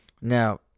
now